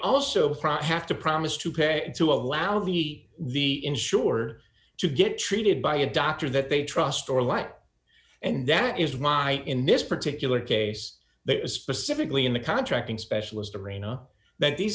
also have to promise to pay to allow the the insurer to get treated by a doctor that they trust or like and that it is my in this particular case that it was specifically in the contracting specialist arena that these